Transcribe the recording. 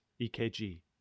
EKG